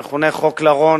המכונה חוק לרון,